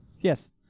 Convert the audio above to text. Yes